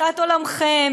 בתפיסת עולמכם,